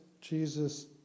Jesus